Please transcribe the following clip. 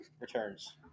Returns